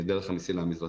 דרך המסילה המזרחית.